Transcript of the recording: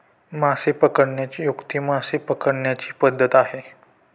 मासे पकडण्याची युक्ती मासे पकडण्याची पद्धत आहे